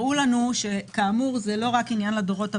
הראו לנו שזה לא רק עניין לדורות הבאים,